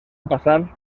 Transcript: passar